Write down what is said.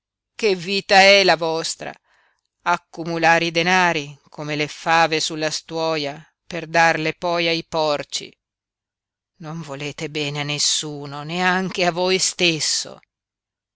che vita è la vostra accumulare i denari come le fave sulla stuoia per darle poi ai porci non volete bene a nessuno neanche a voi stesso